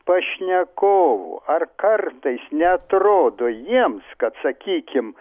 pašnekovų ar kartais neatrodo jiems kad sakykim